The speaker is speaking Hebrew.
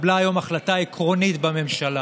התקבלה היום החלטה עקרונית בממשלה